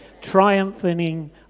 triumphing